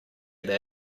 that